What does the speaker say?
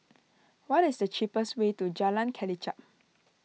what is the cheapest way to Jalan Kelichap